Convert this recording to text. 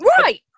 Right